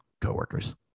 coworkers